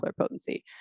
pluripotency